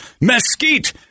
mesquite